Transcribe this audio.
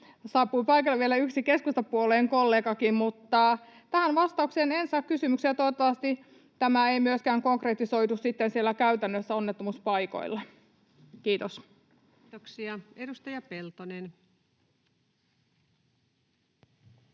saapui paikalle vielä yksi keskustapuolueen kollegakin. Mutta tähän kysymykseen en saa vastausta. Toivottavasti tämä ei myöskään konkretisoidu sitten käytännössä onnettomuuspaikoilla. — Kiitos. Kiitoksia. — Edustaja Peltonen.